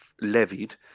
levied